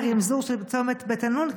הרִמזוּר של צומת בית ענון,